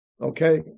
Okay